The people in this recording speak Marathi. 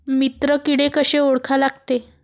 मित्र किडे कशे ओळखा लागते?